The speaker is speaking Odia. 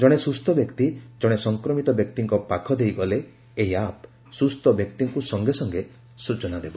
ଜଣେ ସୁସ୍ଥ ବ୍ୟକ୍ତି ଜଣେ ସଂକ୍ରମିତ ବ୍ୟକ୍ତିଙ୍କ ପାଖ ଦେଇ ଗଲେ ଏହି ଆପ୍ ସୁସ୍କୁ ବ୍ୟକ୍ତିଙ୍କୁ ସଙ୍ଗେ ସ୍ଚନା ଦେବ